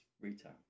retail